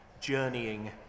journeying